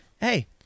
hey